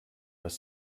was